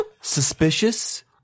suspicious